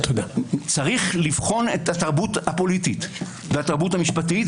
צריך לבחון את התרבות הפוליטית והתרבות המשפטית,